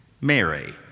Mary